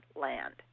land